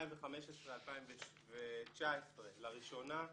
2015-2019 לראשונה,